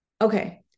Okay